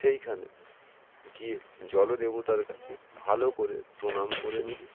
সেইখানে গিয়ে জল দেবতার কাছে ভালো করে প্রণাম করে নেবে